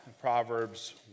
Proverbs